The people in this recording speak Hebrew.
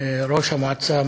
ראש המועצה,